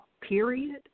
period